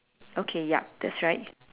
okay yup that's right